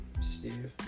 Steve